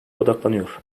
odaklanıyor